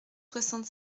soixante